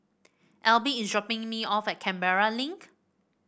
Elby is dropping me off at Canberra Link